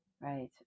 right